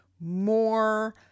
more